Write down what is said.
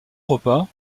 repas